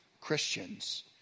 Christians